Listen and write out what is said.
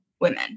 women